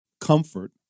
comfort